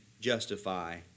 justify